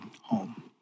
home